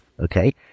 Okay